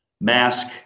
mask